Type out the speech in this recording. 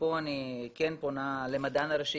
ופה אני כן פונה למדען הראשי,